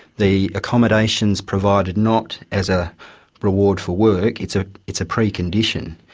the accommodation is provided not as a reward for work, it's ah it's a precondition,